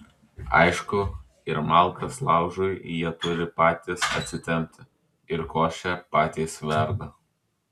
aišku ir malkas laužui jie turi patys atsitempti ir košę patys verda